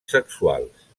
sexuals